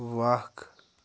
وَق